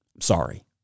Sorry